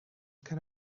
kind